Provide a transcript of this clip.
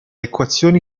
equazioni